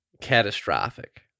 catastrophic